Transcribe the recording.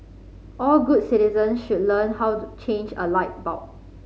all good citizens should learn how to change a light bulb